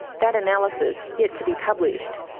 that analysis, yet to be published,